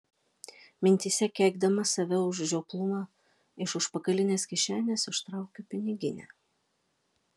mintyse keikdama save už žioplumą iš užpakalinės kišenės ištraukiu piniginę